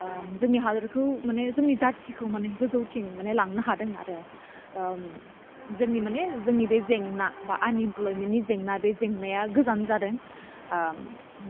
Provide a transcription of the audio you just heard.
ओह जोंनि हादोरखौ माने जोंनि जातिखौ माने गोजौथिं माने लांनो हादों आरो ओम जोंनि माने जोंनि बे जेंना बा आन इमप्लइमेन्ट नि जेंना बे जेंनाया गोजान जादों ओम